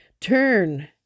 Turn